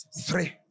three